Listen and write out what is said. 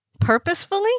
purposefully